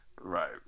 Right